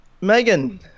Megan